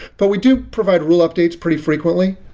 but we do provide rule updates pretty frequently.